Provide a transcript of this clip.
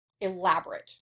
elaborate